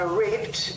raped